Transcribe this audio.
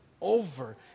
over